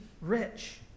rich